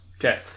Okay